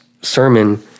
sermon